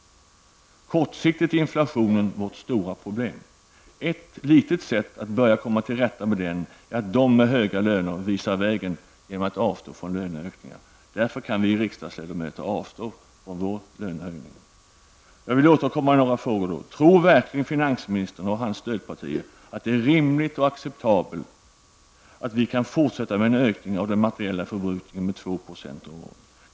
Kortsiktigt är inflationen vårt stora problem. Ett sätt att kunna börja komma till rätta med den är att de som har höga löner visar vägen genom att avstå från löneökningar. Därför kan vi riksdagsledamöter avstå från vår lönehöjning. Jag vill återkomma till några frågor: Tror verkligen finansministern och hans stödpartier att det är rimligt och acceptabelt att fortsätta med en ökning av den materiella förbrukningen med 2 % om året?